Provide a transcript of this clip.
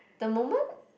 the moment